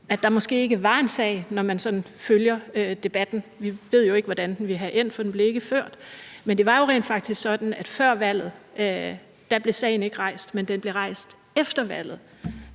at der måske ikke var en sag, når man sådan følger debatten. Vi ved jo ikke, hvordan den ville være endt, for den blev ikke ført, men det var jo rent faktisk sådan, at sagen ikke blev rejst før valget, men den blev rejst efter valget